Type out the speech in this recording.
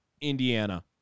Indiana